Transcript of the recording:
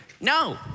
No